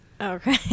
Okay